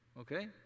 Okay